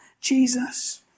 Jesus